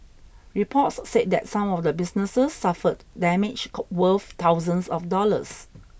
reports said that some of the businesses suffered damage worth thousands of dollars